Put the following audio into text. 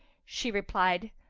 she replied,